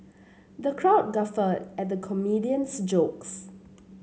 the crowd guffawed at the comedian's jokes